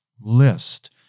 list